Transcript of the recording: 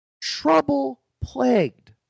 trouble-plagued